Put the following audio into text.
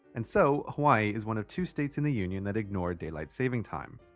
and so, hawaii is one of two states in the union that ignore daylight saving time.